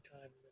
times